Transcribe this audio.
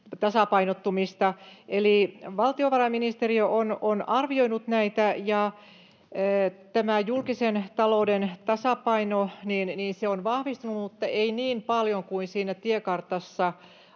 tasapainottumisesta. Valtiovarainministeriö on arvioinut näitä, ja julkisen talouden tasapaino on vahvistunut mutta ei niin paljon kuin siinä tiekartassa